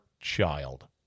child